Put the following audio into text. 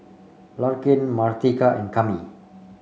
Larkin Martika and Kami